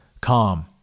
calm